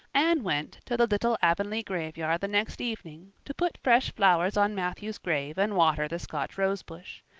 anne went to the little avonlea graveyard the next evening to put fresh flowers on matthew's grave and water the scotch rosebush.